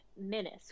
menace